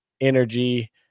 energy